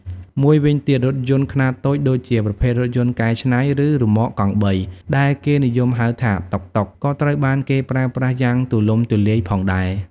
មួយវិញទៀត រថយន្តខ្នាតតូច ដូចជាប្រភេទរថយន្តកែច្នៃ ឬរ៉ឺម៉កកង់បីដែលគេនិយមហៅថា តុកតុក ក៏ត្រូវបានគេប្រើប្រាស់យ៉ាងទូលំទូលាយផងដែរ។